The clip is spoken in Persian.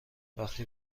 وقتی